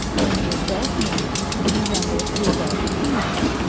when the adult male resembles the adult female,